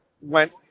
went